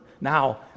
Now